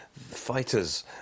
fighters